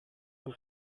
man